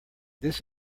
this